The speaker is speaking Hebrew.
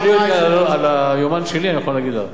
תשאלי אותי על היומן שלי, אני אגיד לך.